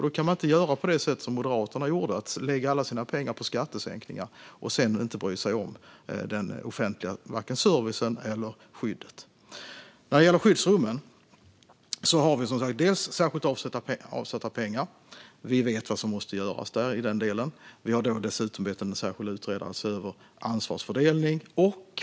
Då kan man inte göra på det sätt som Moderaterna gjorde och lägga alla sina pengar på skattesänkningar och sedan inte bry sig om den offentliga servicen eller det offentliga skyddet. När det gäller skyddsrummen har vi, som sagt, avsatt särskilda pengar. Vi vet vad som måste göras i den delen. Vi har dessutom bett en särskild utredare att se över ansvarsfördelningen.